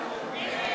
מי נגד?